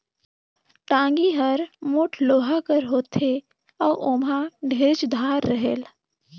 टागी हर मोट लोहा कर होथे अउ ओमहा ढेरेच धार रहेल